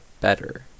better